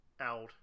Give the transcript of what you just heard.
out